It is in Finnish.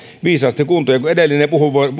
viisaasti kuntoon kun edellinen